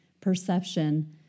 perception